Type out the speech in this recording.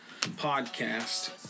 podcast